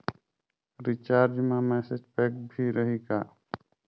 Recharge मा message pack भी रही का?